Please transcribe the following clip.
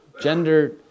gender